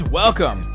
welcome